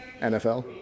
NFL